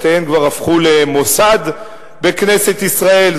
שתיהן כבר הפכו למוסד בכנסת ישראל,